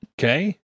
Okay